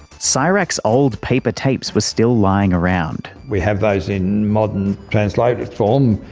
so csirac's old paper tapes were still lying around. we have those in modern translated form.